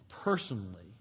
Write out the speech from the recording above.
personally